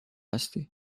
هستی